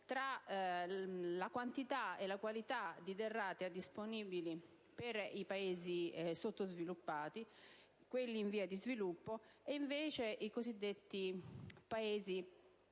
tra la quantità e la qualità di derrate disponibili per i Paesi sottosviluppati, quelli in via di sviluppo e i cosiddetti Paesi che fanno